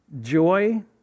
Joy